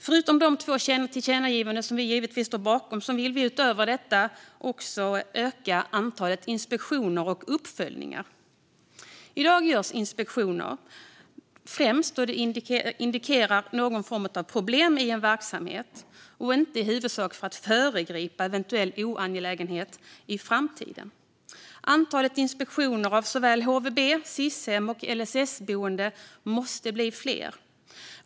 Förutom dessa två tillkännagivanden, som vi givetvis står bakom, vill vi sverigedemokrater öka antalet inspektioner och uppföljningar. I dag görs inspektioner främst då det finns indikationer om någon form av problem i en verksamhet och inte i huvudsak för att förebygga eventuella olägenheter i framtiden. Inspektionerna av HVB-hem, Sis-hem och LSS-boenden måste bli fler.